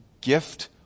gift